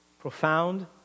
profound